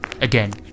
again